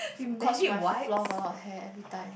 cause my floor got a lot of hair every time